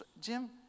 Jim